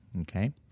Okay